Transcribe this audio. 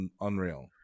unreal